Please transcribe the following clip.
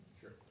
Sure